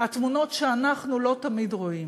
התמונות שאנחנו לא תמיד רואים.